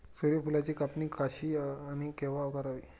सूर्यफुलाची कापणी कशी आणि केव्हा करावी?